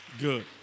Good